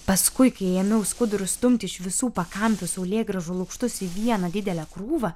paskui kai ėmiau skuduru stumti iš visų pakampių saulėgrąžų lukštus į vieną didelę krūvą